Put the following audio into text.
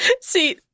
See